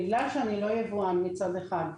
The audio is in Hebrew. בגלל שאני לא יבואן מצד אחד,